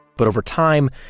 but over time,